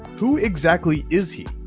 who exactly is he?